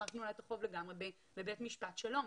מחר יתנו לה את החוב לגמרי בבית משפט שלום.